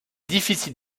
difficile